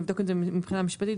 אנחנו נבדוק את זה מבחינה משפטית.